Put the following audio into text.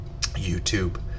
youtube